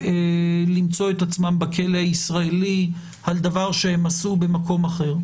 ולמצוא את עצמם בכלא הישראלי על דבר שהם עשו במקום אחר.